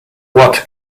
what